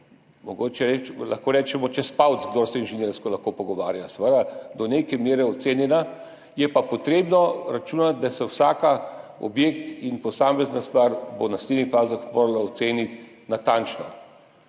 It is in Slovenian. lahko rečemo čez palec, kdor se inženirsko lahko pogovarja, je seveda do neke mere ocenjena, je pa treba računati, da se bo vsak objekt in posamezna stvar v naslednjih fazah morala oceniti natančno.